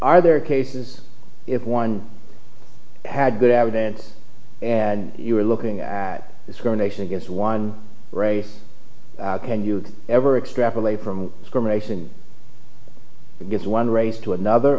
are there cases if one had good evidence and you were looking at this carnation against one race can you ever extrapolate from discrimination against one race to another